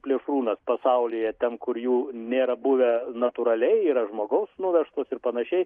plėšrūnas pasaulyje ten kur jų nėra buvę natūraliai yra žmogaus nuvežtos ir panašiai